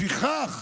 לפיכך